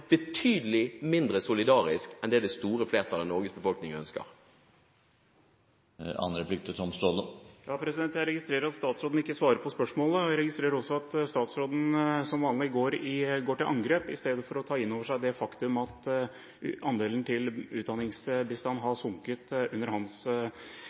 betydelig mindre solidarisk enn den det store flertall av Norges befolkning ønsker. Jeg registrerer at statsråden ikke svarer på spørsmålet. Jeg registrerer også at statsråden som vanlig går til angrep istedenfor å ta inn over seg det faktum at andelen til utdanningsbistand